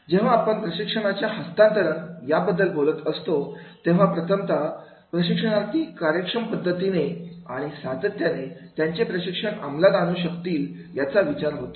जेव्हा आपण प्रशिक्षणाच्या हस्तांतरण याबद्दल बोलत असतो तेव्हा प्रथमता प्रशिक्षणार्थी कार्यक्षम पद्धतीने आणि सातत्याने त्यांचे प्रशिक्षण अमलात आणू शकतील याचा विचार होतो